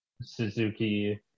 Suzuki